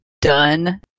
done